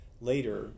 later